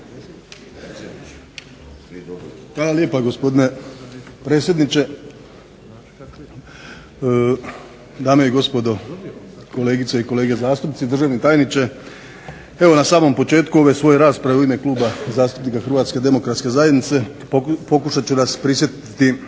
Hvala lijepa, gospodine predsjedniče. Dame i gospodo, kolegice i kolege zastupnici, državni tajniče. Evo na samom početku ove svoje rasprave u ime Kluba zastupnika Hrvatske demokratske zajednice pokušat ću nas prisjetiti